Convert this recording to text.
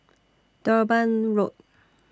Durban Road